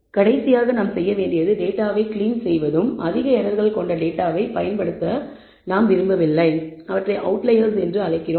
கடைசியாக நாம் செய்ய வேண்டியது டேட்டாவை கிளீன் செய்வதும் அதிக எரர்கள் கொண்ட டேட்டாவை பயன்படுத்த நாம் விரும்பவில்லை அவற்றை அவுட்லயர்ஸ் என்று அழைக்கிறோம்